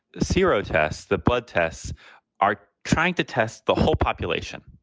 zero tests. the blood tests are trying to test the whole population.